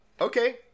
Okay